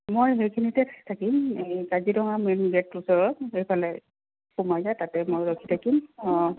মই সেইখিনিতে থাকিম এই কাজিৰঙা মেইন গেটটোৰ ওচৰত সেইফালে সোমাই যায় তাতে মই ৰখি থাকিম অঁ